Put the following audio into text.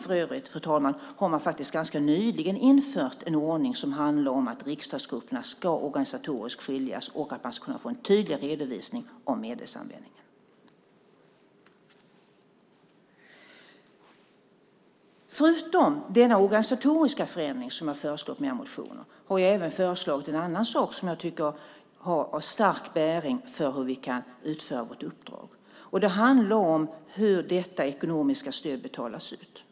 I Norge har man för övrigt ganska nyligen infört en ordning där riksdagsgrupperna organisatoriskt ska skiljas från partikanslierna och där man ska kunna få en tydlig redovisning av medelsanvändningen. Förutom denna organisatoriska förändring som jag föreslår i mina motioner har jag även föreslagit en annan sak som jag tycker har stark bäring på hur vi kan utföra vårt uppdrag. Det handlar om hur detta ekonomiska stöd betalas ut.